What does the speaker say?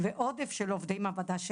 ועודף של עובדי מעבדה,